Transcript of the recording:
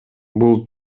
бул